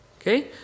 Okay